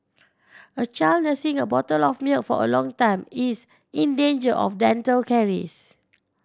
a child nursing a bottle of milk for a long time is in danger of dental caries